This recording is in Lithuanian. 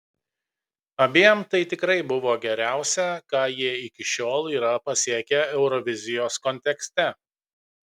abiem tai tikrai buvo geriausia ką jie iki šiol yra pasiekę eurovizijos kontekste